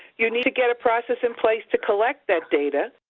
you need to get a process in place to collect that data.